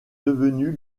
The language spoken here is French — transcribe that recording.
devenu